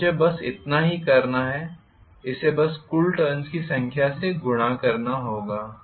तो मुझे बस इतना ही करना है इसे बस कुल टर्न्स की संख्या से गुणा करना होगा